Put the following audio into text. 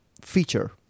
feature